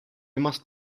must